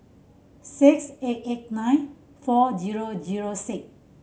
six eight eight nine four zero zero six